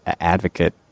advocate